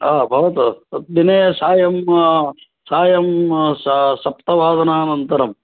अ भवतु तद्दिने सायं सायं स सप्तवादनानन्तरम्